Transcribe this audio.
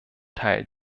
teil